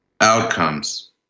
outcomes